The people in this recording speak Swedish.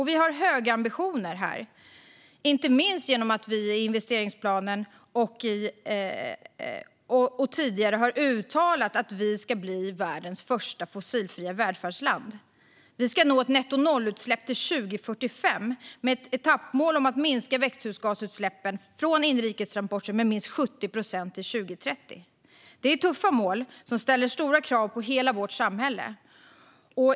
Vi har höga ambitioner, inte minst genom att vi i investeringsplanen och tidigare har uttalat att vi ska bli världens första fossilfria välfärdsland. Vi ska nå nettonollutsläpp till 2045 med ett etappmål om att minska växthusgasutsläppen från inrikes transporter med minst 70 procent till 2030. Det är tuffa mål som ställer stora krav på hela vårt samhälle.